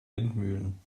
windmühlen